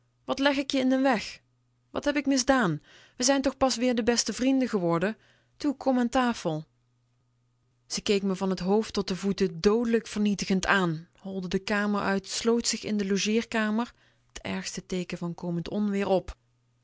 wat leg ik je in den weg wat heb ik misdaan we zijn toch pas weer de beste vrienden geworden toe kom aan tafel ze keek me van t hoofd tot de voeten doodelijk vernietigend aan holde de kamer uit sloot zich in de logeerkamer t ergste teeken van komend onweer op